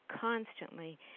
constantly